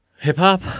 Hip-hop